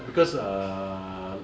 because err